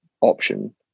option